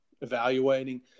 evaluating